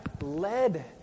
led